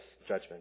judgment